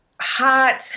hot